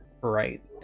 right